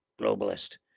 globalist